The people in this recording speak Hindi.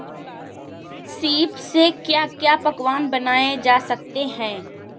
सीप से क्या क्या पकवान बनाए जा सकते हैं?